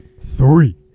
Three